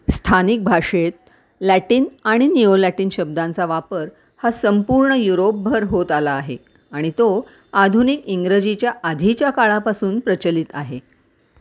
स्थानिक भाषेत लॅटिन आणि नियो लॅटीन शब्दांचा वापर हा संपूर्ण युरोपभर होत आला आहे आणि तो आधुनिक इंग्रजीच्या आधीच्या काळापासून प्रचलित आहे